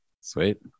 Sweet